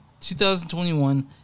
2021